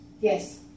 Yes